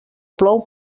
plou